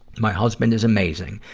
my husband is amazing,